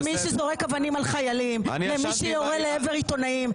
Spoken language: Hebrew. מי שזורק אבנים על חיילים ומי שיורה לעבר עיתונאים,